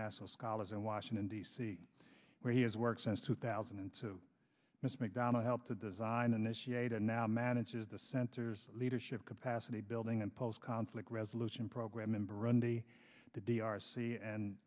international scholars in washington d c where he has worked since two thousand and two miss mcdonald helped to design initiate and now manages the center's leadership capacity building and post conflict resolution program in burundi the d r c and